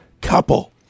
couple